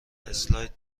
اسلاید